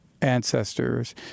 ancestors